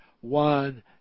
one